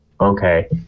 Okay